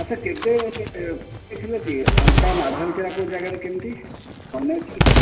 ଆଚ୍ଛା କେବେ ଏମିତି ହେଇଥିଲା କି ଅଣ୍ଟା ମାଡ଼ ହେଇଥିଲା କେଉଁ ଜାଗାରେ କେମିତି ମନେଅଛି କିଛି